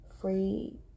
free